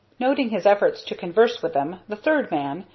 noting his efforts to converse with them, the third man,